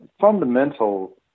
fundamental